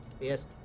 Yes